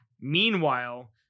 Meanwhile